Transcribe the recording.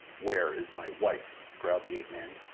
where is my wife? growled the ape-man.